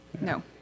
No